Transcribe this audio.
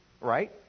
Right